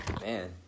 man